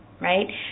right